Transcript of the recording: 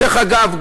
דרך אגב,